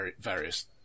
various